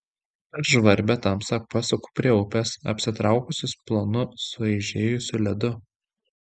per žvarbią tamsą pasuku prie upės apsitraukusios plonu sueižėjusiu ledu